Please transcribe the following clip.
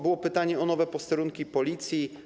Było pytanie o nowe posterunki Policji.